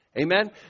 Amen